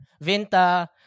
Vinta